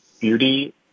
beauty